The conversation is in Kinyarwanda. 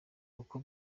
uko